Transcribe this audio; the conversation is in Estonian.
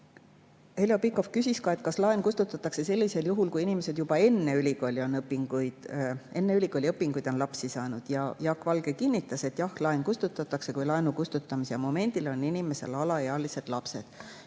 Heljo Pikhof küsis ka, kas laen kustutatakse sellisel juhul, kui inimesed on juba enne ülikooliõpinguid lapsi saanud. Jaak Valge kinnitas, et jah, laen kustutatakse, kui laenu kustutamise momendil on inimesel alaealised lapsed.